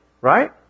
Right